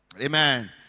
Amen